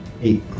Eight